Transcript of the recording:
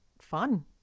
fun